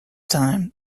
time